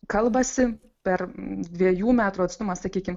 kalbasi per dviejų metrų atstumą sakykim